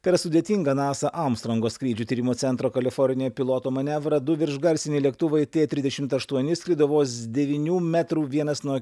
per sudėtingą nasa armstrongo skrydžių tyrimo centro kalifornija pilotų manevrą du viršgarsiniai lėktuvai t trisdešimt aštuoni skrido vos devynių metrų vienas nuo